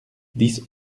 dix